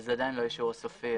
וזה עדיין לא אישור סופי.